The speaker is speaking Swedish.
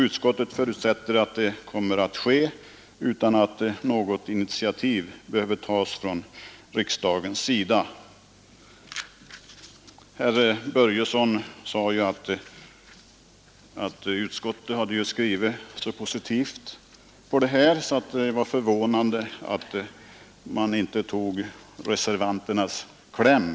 Utskottet förutsätter att det kommer att ske utan att något initiativ behöver tas från riksdagens sida. Herr Börjesson i Falköping sade att utskottet hade skrivit så positivt att det var förvånande att man inte tog reservanternas kläm.